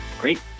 Great